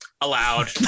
allowed